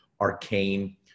arcane